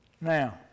Now